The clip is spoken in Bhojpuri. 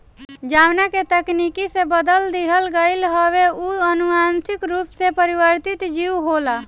जवना के तकनीकी से बदल दिहल गईल हवे उ अनुवांशिक रूप से परिवर्तित जीव होला